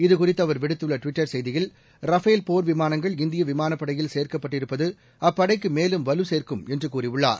இதுகுறித்து அவர் விடுத்துள்ள ட்விட்டர் செய்தியில் ரஃபேல் போர் விமானங்கள் இந்திய விமானப்படையில் சேர்க்கப்பட்டிருப்பது அப்படைக்கு மேலும் வலு சேர்க்கும் என்று கூறியுள்ளார்